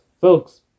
folks